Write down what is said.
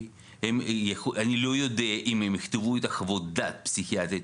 אני לא יודע אם הם יכתבו את חוות הדעת הפסיכיאטריות